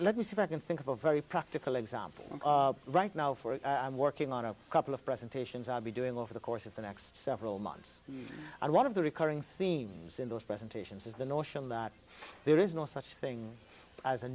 let me see if i can think of a very practical example right now for working on a couple of presentations i'll be doing over the course of the next several months i one of the recurring themes in those presentations is the notion that there is no such thing as a